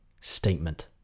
statement